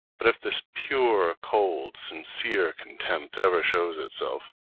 but if this pure, cold, sincere contempt ever shows itself,